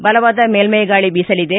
ಬಲವಾದ ಮೇಲ್ಟೆಗಾಳಿ ಬೀಸಲಿದೆ